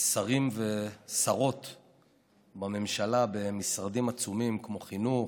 שרים ושרות בממשלה, במשרדים עצומים כמו חינוך,